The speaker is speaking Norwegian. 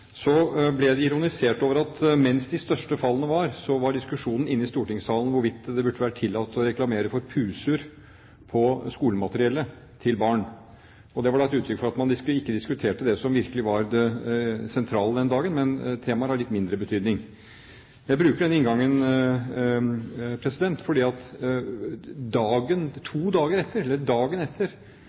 Det ble ironisert over at mens de største fallene var, var diskusjonen inne i stortingssalen hvorvidt det burde være tillatt å reklamere for Pusur på skolemateriellet til barn. Det var et uttrykk for at man ikke diskuterte det som virkelig var det sentrale den dagen, men temaer av litt mindre betydning. Jeg bruker denne inngangen fordi dagen etter at